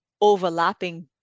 overlapping